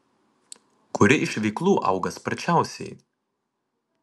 kuri iš veiklų auga sparčiausiai